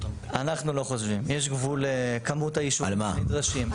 אנחנו לא חושבים, יש גבול לכמות האישורים הנדרשים.